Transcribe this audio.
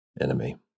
enemy